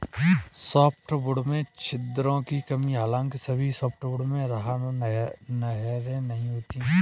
softwood में छिद्रों की कमी हालांकि सभी सॉफ्टवुड में राल नहरें नहीं होती है